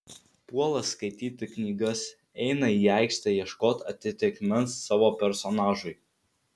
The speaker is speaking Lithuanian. puola skaityti knygas eina į aikštę ieškot atitikmens savo personažui